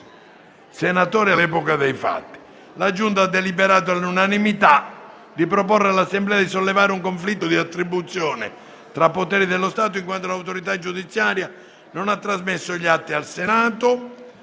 senatore all'epoca dei fatti***